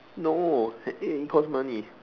no it cost money